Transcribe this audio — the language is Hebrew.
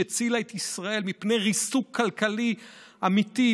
שהצילה את ישראל מפני ריסוק כלכלי אמיתי,